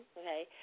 okay